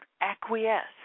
acquiesce